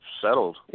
settled